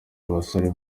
basore